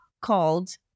called